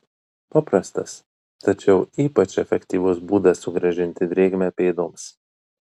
paprastas tačiau ypač efektyvus būdas sugrąžinti drėgmę pėdoms